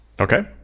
Okay